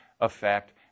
effect